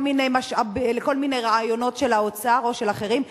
מיני רעיונות של האוצר או של אחרים,